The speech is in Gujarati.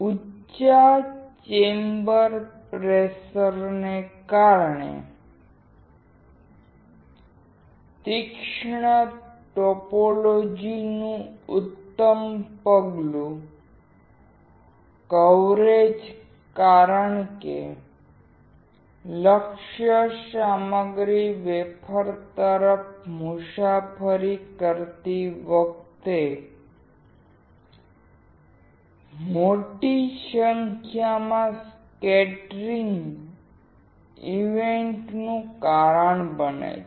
ઉચા ચેમ્બર પ્રેશર ને કારણે તીક્ષ્ણ ટોપોલોજી નું ઉત્તમ પગલું કવરેજ કારણ કે લક્ષ્ય સામગ્રી વેફર તરફ મુસાફરી કરતી વખતે મોટી સંખ્યામાં સ્કેટરિંગ ઇવેન્ટ નું કારણ બને છે